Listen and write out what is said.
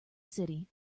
city